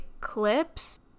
clips